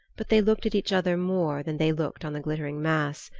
but they looked at each other more than they looked on the glittering mass,